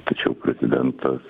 tačiau prezidentas